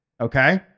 Okay